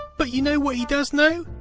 but you know what he does know,